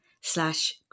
slash